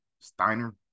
Steiner